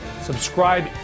Subscribe